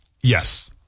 yes